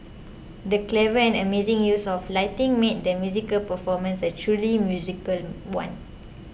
the clever and amazing use of lighting made the musical performance a truly magical one